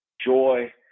joy